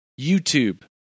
YouTube